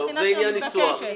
זה עניין של ניסוח.